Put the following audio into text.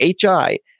hi